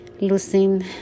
losing